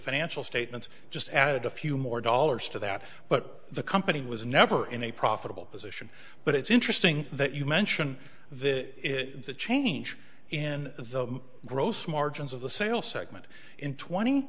financial statements just added a few more dollars to that but the company was never in a profitable as but it's interesting that you mention this is the change in the gross margins of the sail segment in twenty